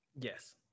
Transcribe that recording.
Yes